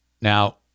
Now